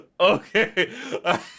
okay